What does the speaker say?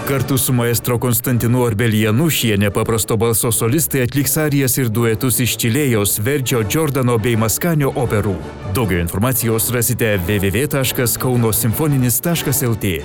kartu su maestro konstantinu orbelienu šie nepaprasto balso solistai atliks arijas ir duetus iš čilėjeus verdžio džordano bei maskanio operų daugiau informacijos rasite vvv taškas kauno simfoninis taškas lt